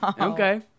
Okay